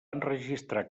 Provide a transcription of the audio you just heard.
enregistrar